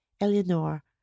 Eleanor